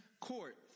court